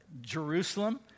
Jerusalem